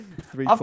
Three